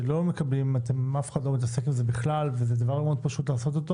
שאיתם אף אחד לא מתעסק למרות שזה דבר מאוד פשוט לעשות,